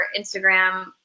Instagram